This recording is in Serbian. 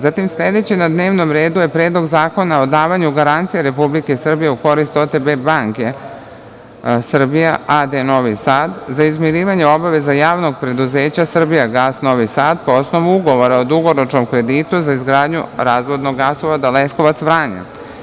Zatim, sledeće na dnevnom redu je Predlog zakona o davanju garancija Republike Srbije u korist OTP Banke Srbija a.d. Novi Sad za izmirivanje obaveza JP Srbijagas Novi Sad po osnovu Ugovora o dugoročnom kreditu za izgradnju razvodnog gasovoda Leskovac-Vranje.